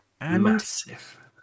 Massive